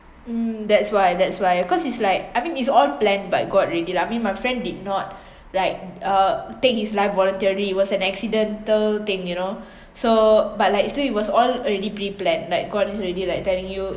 mm that's why that's why because it's like I mean is all plan by god already lah I mean my friend did not like uh take his life voluntary it was an accidental thing you know so but like still it was all already pre-planned like god is already like telling you